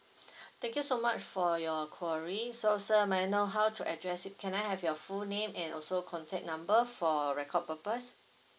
thank you so much for your query so sir may I know how to address you can I have your full name and also contact number for record purpose